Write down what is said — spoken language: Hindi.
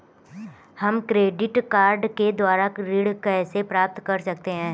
हम क्रेडिट कार्ड के द्वारा ऋण कैसे प्राप्त कर सकते हैं?